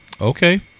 Okay